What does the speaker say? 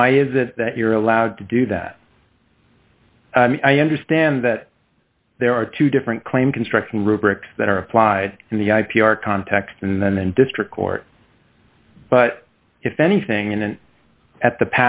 why is it that you're allowed to do that i understand that there are two different claim construction rubrics that are applied in the i p r context and then in district court but if anything and then at the